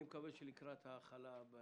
אני מקווה שלקראת ההחלה של